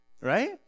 right